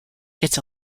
its